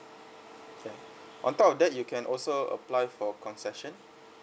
okay on top of that you can also apply for concession